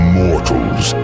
mortals